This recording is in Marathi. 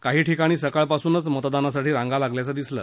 काही ठिकाणी सकाळपासूनच मतदानासाठी रांगा लागल्याचं दिसलं